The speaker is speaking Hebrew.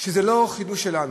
זה לא חידוש שלנו.